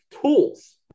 tools